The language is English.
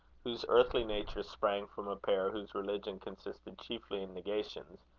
whose earthly nature sprang from a pair whose religion consisted chiefly in negations,